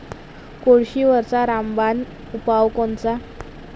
कोळशीवरचा रामबान उपाव कोनचा?